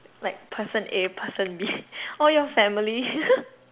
like person A person B or your family